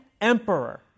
emperor